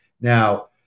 Now